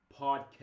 podcast